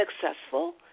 successful